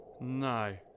No